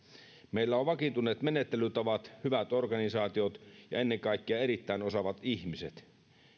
meillä on vakiintuneet menettelytavat hyvät organisaatiot ja ennen kaikkea erittäin osaavat ihmiset